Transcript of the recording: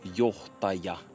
johtaja